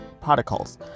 particles